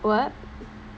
what